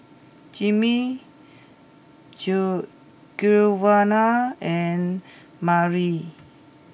Jimmy Giovanna and Mariel